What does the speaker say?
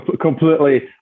Completely